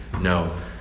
no